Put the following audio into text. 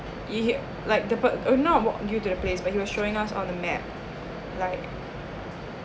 !ee! he like the per~ uh not walk you to the place but he was showing us on a map like